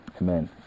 Amen